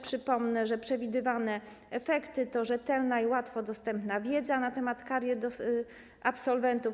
Przypomnę, że przewidywane efekty to rzetelna i łatwo dostępna wiedza na temat karier absolwentów.